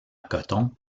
coton